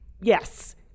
Yes